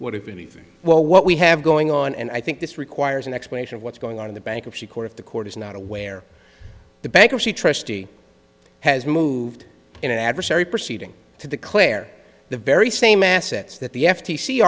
what if anything well what we have going on and i think this requires an explanation of what's going on in the bankruptcy court if the court is not aware the bankruptcy trustee has moved in an adversary proceeding to declare the very same assets that the f